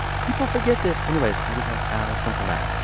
people forget this. anyways, i just like i always point that out.